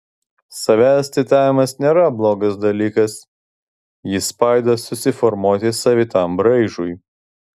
savęs citavimas nėra blogas dalykas jis padeda susiformuoti savitam braižui